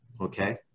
Okay